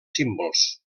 símbols